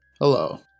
Hello